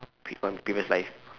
pick one previous life